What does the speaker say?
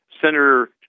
Senator